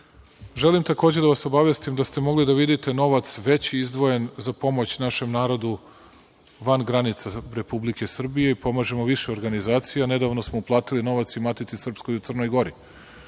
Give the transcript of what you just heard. Želim takođe da vas obavestim da ste mogli da vidite novac veći izdvojen za pomoć našem narodu van granica Republike Srbije i pomažemo više organizacija. Nedavno smo uplatili novac i Matici srpskoj u Crnoj Gori